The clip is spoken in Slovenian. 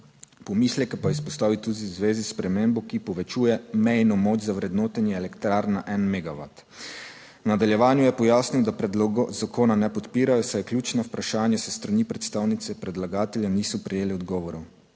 pomisleke pa je izpostavil tudi v zvezi s spremembo, ki povečuje mejno moč za vrednotenje elektrarn na en megavat. V nadaljevanju je pojasnil, da predloga zakona ne podpirajo saj je ključna vprašanja. S strani predstavnice predlagatelja niso prejeli odgovorov.